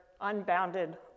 unbounded